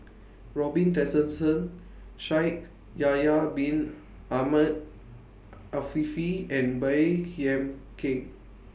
Robin Tessensohn Shaikh Yahya Bin Ahmed Afifi and Baey Yam Keng